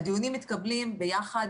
ההחלטות מתקבלות ביחד.